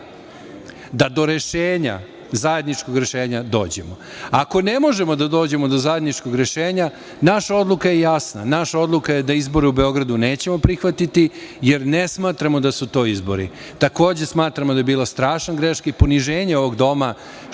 da do rešenja zajedničkog dođemo. Ako ne možemo da dođemo do zajedničkog rešenja, naša odluka je jasna. Naša odluka je da izbore u Beogradu nećemo prihvatiti, jer ne smatramo da su to izbori. Takođe smatramo da je bila strašna greška i poniženje ovog doma